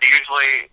usually